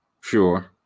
Sure